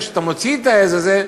כשאתה מוציא את העז הזו,